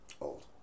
old